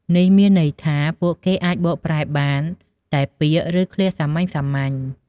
នេះមានន័យថា ពួកគេអាចបកប្រែបានតែពាក្យ ឬឃ្លាសាមញ្ញៗ។